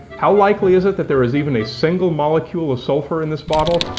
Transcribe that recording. how likely is it that there is even a single molecule of sulphur in this bottle?